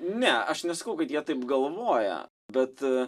ne aš nesakau kad jie taip galvoja bet